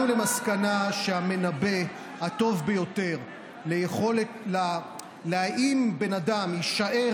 למסקנה שהמנבא הטוב ביותר אם בן אדם יישאר